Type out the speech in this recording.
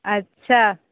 अच्छा